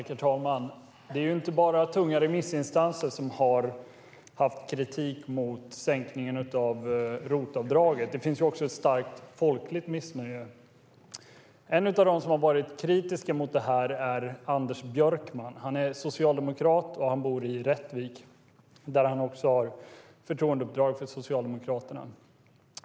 Herr talman! Det är inte bara tunga remissinstanser som har haft kritik mot sänkningen av ROT-avdraget. Det finns också ett starkt folkligt missnöje. En av dem som har varit kritiska är Anders Björkman. Han är socialdemokrat, och han bor i Rättvik där han har förtroendeuppdrag för Socialdemokraterna.